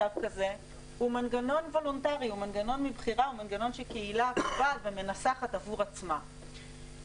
המקוון בין פגיעות אזרחיות ובין פגיעות פליליות